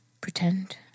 pretend